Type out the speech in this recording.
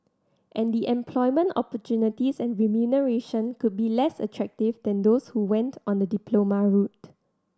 and the employment opportunities and remuneration could be less attractive than those who went on the diploma route